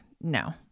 No